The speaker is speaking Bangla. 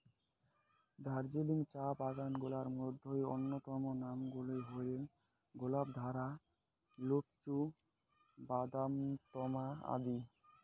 দার্জিলিং চা বাগান গুলার মইধ্যে অইন্যতম নাম গুলা হইলেক গোপালধারা, লোপচু, বাদামতাম আদি